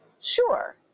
sure